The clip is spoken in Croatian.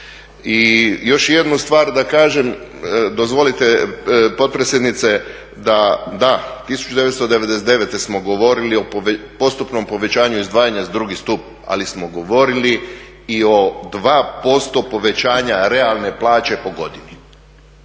I još jednu stvar da kažem, dozvolite potpredsjednice, da, 1999. smo govorili o postupnom povećanju izdvajanja za drugi stup, ali smo govorili i o 2% povećanja realne plaće po godini,